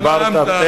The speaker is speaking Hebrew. דיברת.